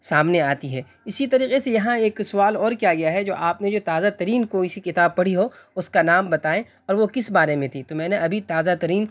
سامنے آتی ہے اسی طریقے سے یہاں ایک سوال اور کیا گیا ہے جو آپ نے جو تازہ ترین کوئی سی کتاب پڑھی ہو اس کا نام بتائیں اور وہ کس بارے میں تھی تو میں نے ابھی تازہ ترین